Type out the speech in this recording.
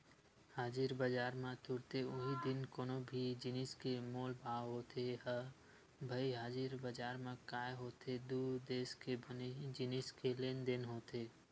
हाजिर बजार म तुरते उहीं दिन कोनो भी जिनिस के मोल भाव होथे ह भई हाजिर बजार म काय होथे दू देस के बने जिनिस के लेन देन होथे